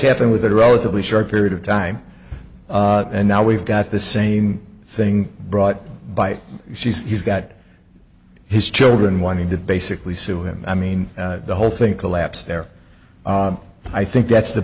happened with a relatively short period of time and now we've got the same thing brought by she's he's got his children wanting to basically sue him i mean the whole thing collapsed there i think that's the